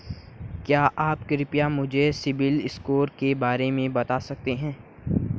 क्या आप कृपया मुझे सिबिल स्कोर के बारे में बता सकते हैं?